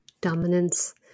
dominance